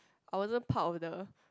I wanted powder